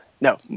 No